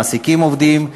מעסיקים עובדים,